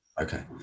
Okay